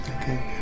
Okay